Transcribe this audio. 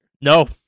No